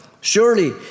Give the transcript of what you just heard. Surely